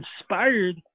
inspired